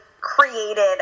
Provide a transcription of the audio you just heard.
created